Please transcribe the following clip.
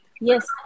Yes